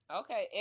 okay